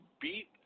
beat